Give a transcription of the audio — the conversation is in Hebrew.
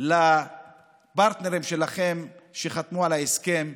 לפרטנרים שלכם שחתמו על ההסכם,